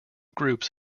groups